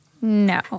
no